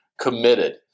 committed